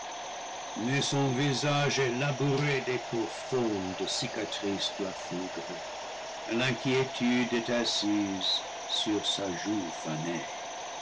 mais son visage est labouré des profondes cicatrices de la foudre et l'inquiétude est assise sur sa joue